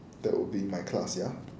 that would be my class ya